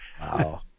Wow